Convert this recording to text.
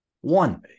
one